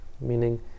Meaning